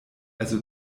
also